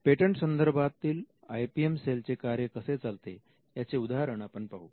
patent संदर्भातील I P M cell चे कार्य कसे चालते याचे उदाहरण आपण पाहू